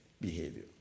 behavior